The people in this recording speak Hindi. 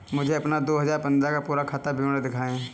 मुझे अपना दो हजार पन्द्रह का पूरा खाता विवरण दिखाएँ?